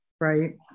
right